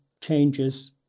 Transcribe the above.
changes